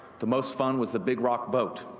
the most fun was the big rock boat,